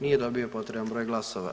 Nije dobio potreban broj glasova.